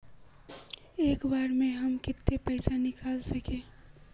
एक बार में हम केते पैसा निकल सके?